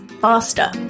faster